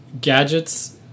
gadgets